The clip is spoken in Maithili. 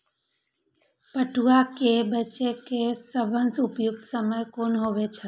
पटुआ केय बेचय केय सबसं उपयुक्त समय कोन होय छल?